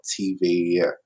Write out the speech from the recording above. TV